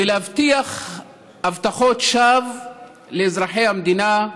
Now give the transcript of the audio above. ולהבטיח הבטחות שווא לאזרחי המדינה,